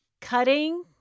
Cutting